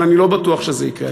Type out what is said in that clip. אבל אני לא בטוח שזה יקרה.